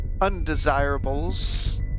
undesirables